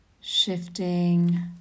Shifting